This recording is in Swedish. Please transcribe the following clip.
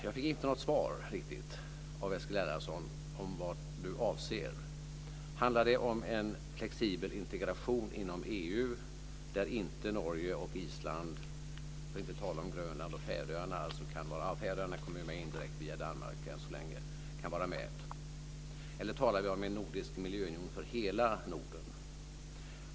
Jag fick inte riktigt något svar från Eskil Erlandsson på vad han avser. Handlar det om en flexibel integration inom EU där inte Norge och Island, för att inte tala om Grönland och Färöarna - Färöarna kommer in indirekt via Danmark än så länge - kan vara med? Eller talar vi om en nordisk miljöunion för hela Norden?